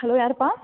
hello யாருப்பா